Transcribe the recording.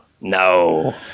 No